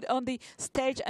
(אומר דברים בשפה האנגלית,